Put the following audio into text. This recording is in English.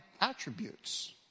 attributes